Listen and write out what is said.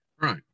Right